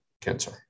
cancer